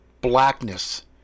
blackness